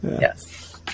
Yes